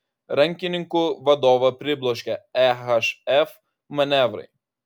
rankininkų vadovą pribloškė ehf manevrai